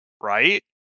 right